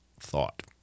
thought